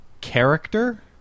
character